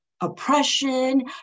oppression